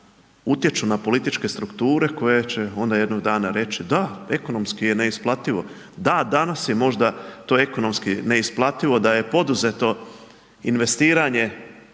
utječu na političke strukture koje će onda jednog dana reći, da, ekonomski je neisplativo, da, danas je možda to ekonomski neisplativo da je poduzeto investiranje